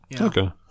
Okay